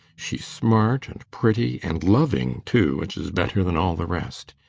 she's smart and pretty, and loving, too, which is better than all the rest.